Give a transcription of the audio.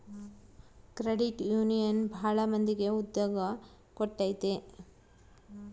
credit union ಭಾಳ ಮಂದಿಗೆ ಉದ್ಯೋಗ ಕೊಟ್ಟೈತಿ